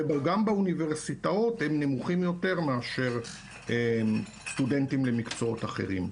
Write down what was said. וגם באוניברסיטאות הם נמוכים יותר מאשר סטודנטים למקצועות אחרים.